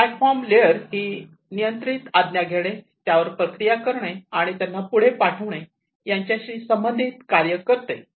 platform layer ही नियंत्रित आज्ञा घेणे त्यावर प्रक्रिया करणे आणि त्यांना पुढे पाठविणे याच्याशी संबंधित कार्य करते